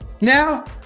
now